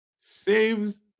saves